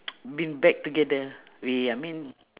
been back together we I mean